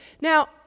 Now